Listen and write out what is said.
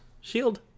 Shield